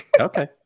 Okay